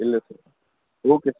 ಇಲ್ಲ sir okay